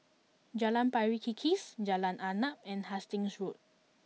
Jalan Pari Kikis Jalan Arnap and Hastings Road